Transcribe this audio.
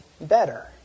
better